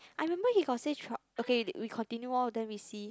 I remember he got say okay we continue lor then we see